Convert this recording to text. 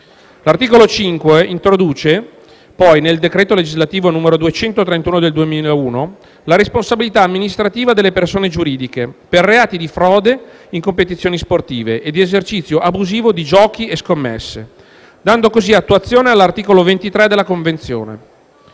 L'articolo 5 introduce, poi, nel decreto legislativo n. 231 del 2001, la responsabilità amministrativa delle persone giuridiche per reati di frode in competizioni sportive e di esercizio abusivo di giochi e scommesse, dando così attuazione all'articolo 23 della Convenzione.